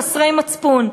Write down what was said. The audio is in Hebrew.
חסרי מצפון.